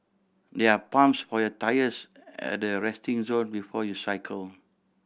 there are pumps for your tyres at the resting zone before you cycle